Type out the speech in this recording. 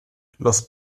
los